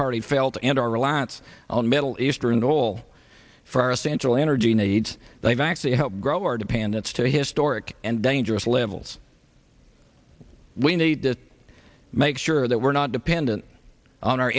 party failed and our reliance on middle eastern dole for our essential energy needs they've actually helped grow our dependence to historic and dangerous levels we need to make sure that we're not dependent on our